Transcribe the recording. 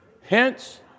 Hence